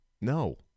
No